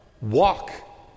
walk